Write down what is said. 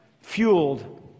fueled